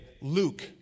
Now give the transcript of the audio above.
Luke